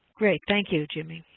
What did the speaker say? great. thank you, jimmy.